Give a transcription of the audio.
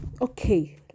okay